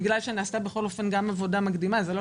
בגלל שנעשתה גם עבודה מקדימה זה לא